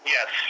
Yes